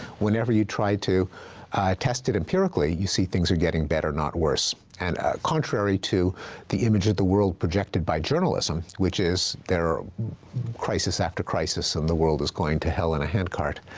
whenever you try to test it empirically, you see things are getting better, not worse. and contrary to the image of the world projected by journalism, which is there are crisis after crisis, and the world is going to hell in a handcart.